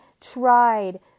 tried